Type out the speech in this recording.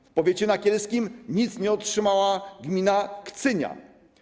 W powiecie nakielskim nic nie otrzymała gmina Kcynia.